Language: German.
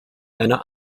einer